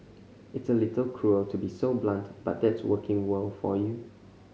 it's a little cruel to be so blunt but that's working world for you